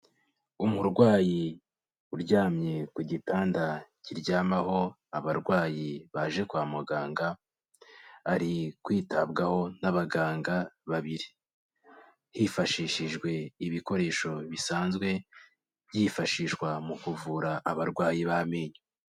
Umurwayi uryamye ku gitanda kiryamaho abarwayi baje kwa muganga, ari kwitabwaho n'abaganga babiri, hifashishijwe ibikoresho bisanzwe byifashishwa mu kuvura abarwayi b'amenyo.